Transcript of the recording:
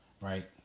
right